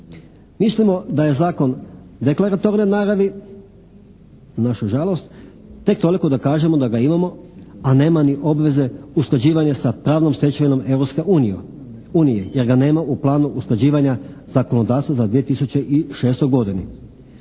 Mislimo da je zakon deklaratorne naravi, na našu žalost, tek toliko da kažemo da ga imamo a nema ni obveze usklađivanja sa pravnom stečevinom Europske unije jer ga nema u planu usklađivanja zakonodavstva za 2006. godinu.